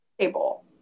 table